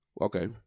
Okay